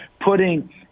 putting